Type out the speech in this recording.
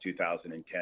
2010